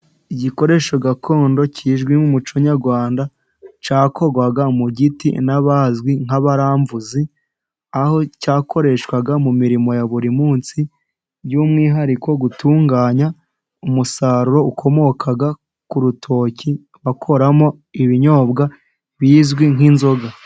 Igikoresho gakondo kizwi nk'umuco nyarwanda ,cyakorwaga mu giti n'abazwi nk'abaramvuzi ,aho cyakoreshwaga mu mirimo ya buri munsi, by'umwihariko gutunganya umusaruro ukomoka ku rutoki bakoramo ibinyobwa bizwi nk'inzoga.